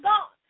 God